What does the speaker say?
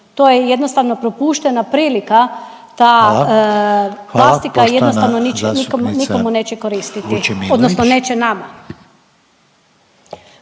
To je jednostavno propuštena prilika. …/Upadica Reiner: Hvala./… Ta plastika jednostavno nikomu neće koristiti, odnosno neće nama.